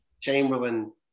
Chamberlain